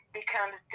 becomes